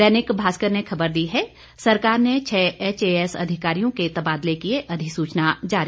दैनिक भास्कर ने खबर दी है सरकार ने छह एचएएस अधिकारियों के तबादले किए अध्रिसचना जारी